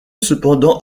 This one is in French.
cependant